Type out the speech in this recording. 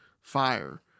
fire